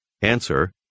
Answer